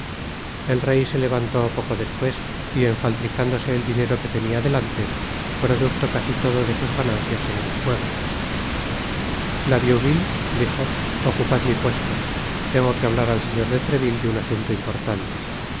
el rey se levantó poco despues y enfaltricándose el dinero que tenia delante producto casi todo de sus ganancias en el juego la vieuville dijo ocupad mi puesto tengo que hablar al señor de treville de un asunto importante